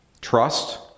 Trust